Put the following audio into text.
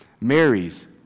Mary's